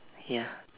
ya